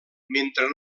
mentre